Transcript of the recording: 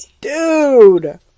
Dude